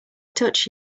touch